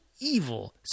evil